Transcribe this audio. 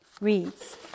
reads